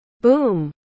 Boom